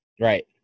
Right